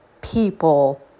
people